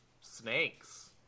snakes